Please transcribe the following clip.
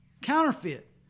Counterfeit